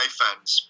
fans